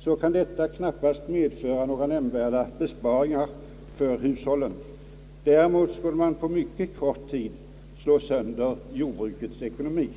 så kan detta knappast medföra några nämnvärda besparingar för hushållen. Däremot skulle man på mycket kort tid slå sönder jordbrukets ekonomi.